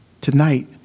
tonight